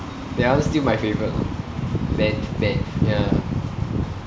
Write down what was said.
ya that's still my favorite banff banff ya